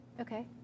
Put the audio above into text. Okay